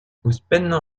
ouzhpennañ